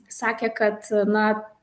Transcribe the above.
sakė kad na